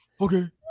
okay